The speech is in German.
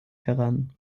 heran